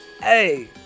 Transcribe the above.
hey